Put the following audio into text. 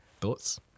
Thoughts